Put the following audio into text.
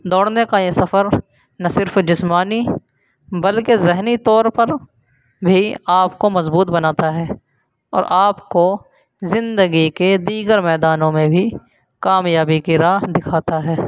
دوڑنے کا یہ سفر نہ صرف جسمانی بلکہ ذہنی طور پر بھی آپ کو مضبوط بناتا ہے اور آپ کو زندگی کے دیگر میدانوں میں بھی کامیابی کی راہ دکھاتا ہے